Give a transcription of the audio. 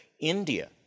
India